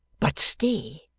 but stay.